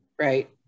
Right